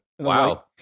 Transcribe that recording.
Wow